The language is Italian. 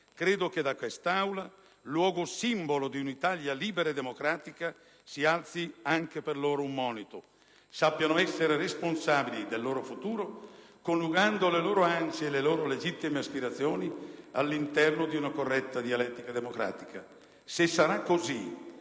età? Che da quest'Aula, luogo simbolo di un'Italia libera e democratica, si alzi anche per loro un monito: sappiano essere responsabili del loro futuro, coniugando le loro ansie e le loro legittime aspirazioni all'interno di una corretta dialettica democratica. Se sarà così,